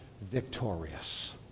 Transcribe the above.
victorious